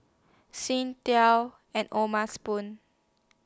Singtel and O'ma Spoon